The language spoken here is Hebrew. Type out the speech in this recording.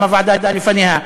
גם הוועדה שלפניה,